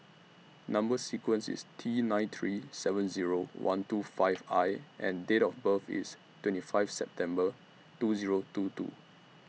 Number sequence IS T nine three seven Zero one two five I and Date of birth IS twenty five September two Zero two two